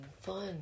fun